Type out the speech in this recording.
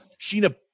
Sheena